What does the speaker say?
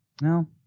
No